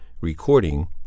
Recording